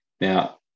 Now